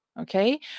Okay